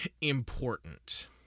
important